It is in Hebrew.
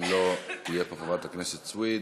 אם לא תהיה פה חברת הכנסת סויד,